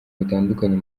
bitandukanye